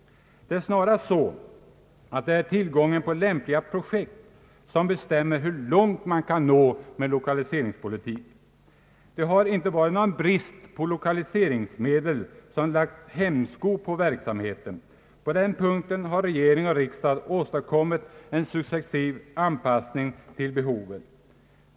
Det är snarast så, att det är tillgången på lämpliga projekt som bestämmer hur långt man kan nå med lokaliseringspolitik. Det har inte varit någon brist på lokaliseringsmedel som lagt hämsko på verksamheten. På den punkten har regering och riksdag åstadkommit en successiv anpassning till behovet.